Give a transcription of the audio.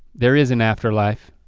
there is an afterlife,